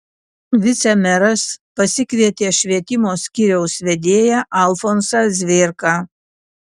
vicemeras pasikvietė švietimo skyriaus vedėją alfonsą zvėrką